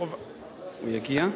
הוא יגיע?